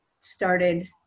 started